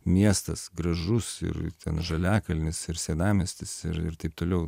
miestas gražus ir ten žaliakalnis ir senamiestis ir ir taip toliau